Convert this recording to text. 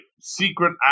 secret